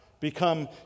become